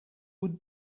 would